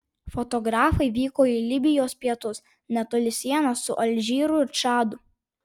fotografai vyko į libijos pietus netoli sienos su alžyru ir čadu